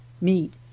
meat